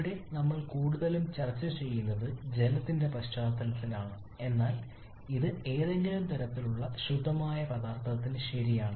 ഇവിടെ നമ്മൾ കൂടുതലും ചർച്ച ചെയ്യുന്നത് ജലത്തിന്റെ പശ്ചാത്തലത്തിലാണ് എന്നാൽ ഇത് ഏതെങ്കിലും തരത്തിലുള്ള ശുദ്ധമായ പദാർത്ഥത്തിന് ശരിയാണ്